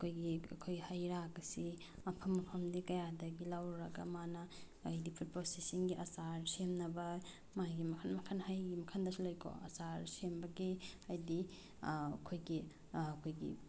ꯑꯩꯈꯣꯏꯒꯤ ꯑꯩꯈꯣꯏꯒꯤ ꯍꯩ ꯔꯥꯒꯁꯤ ꯃꯐꯝ ꯝꯐꯝꯗꯒꯤ ꯀꯌꯥꯗꯒꯤ ꯂꯧꯔꯨꯔꯒ ꯃꯥꯅ ꯍꯥꯏꯗꯤ ꯐꯨꯠ ꯄ꯭ꯔꯣꯁꯦꯁꯁꯤꯡꯒꯤ ꯑꯆꯥꯔ ꯁꯦꯝꯅꯕ ꯃꯥꯒꯤ ꯃꯈꯜ ꯃꯈꯜ ꯍꯩꯒꯤ ꯃꯈꯜꯗꯁꯨ ꯂꯩꯀꯣ ꯑꯆꯥꯔ ꯁꯦꯝꯕꯒꯤ ꯍꯥꯏꯗꯤ ꯑꯩꯈꯣꯏꯒꯤ ꯑꯩꯈꯣꯏꯒꯤ